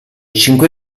cinque